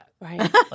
Right